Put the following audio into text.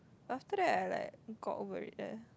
after that I like got over it eh